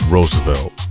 Roosevelt